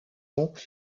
ans